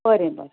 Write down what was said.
बरें बरें